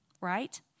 right